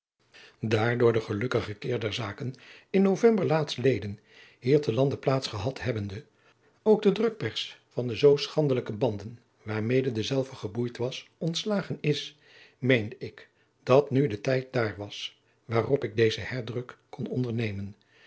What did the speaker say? door den gelukkigen keer der zaken in november laatstleden hier te lande plaats gehad hebbende ook de drukpers van de zoo schandelijke banden waarmede dezelve geboeid was ontslagen is meende ik dat nu de tijd daar was waarop ik dezen herdruk kon ondernemen